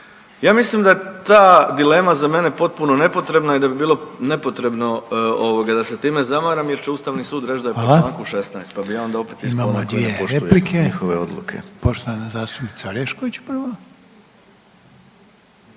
Ja mislim da je ta dilema za mene potpuno nepotrebna i da bi bilo nepotrebno da se time zamaram jer će Ustavni sud reći da je po čl. 16. Pa bi ja onda opet ispao /… ne razumije se,